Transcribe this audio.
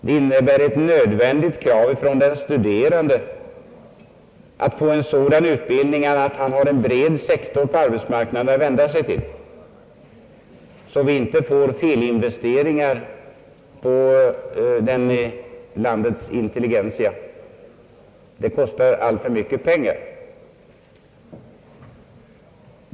Det innebär ett nödvändigt krav från den studerande att få en sådan utbildning att han har en bred sektor på arbetsmarknaden att vända sig till, så att vi inte får felinvesteringar i landets intelligentia. Det skulle kosta alltför mycket pengar.